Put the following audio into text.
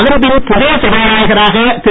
அதன்பின் புதிய சபாநாயகராக திரு